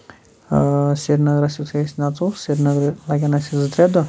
سرینَگرس یِتھُے أسی نَژہو سری نَگرٕ لگن اَسہِ زٕ ترے دۄہ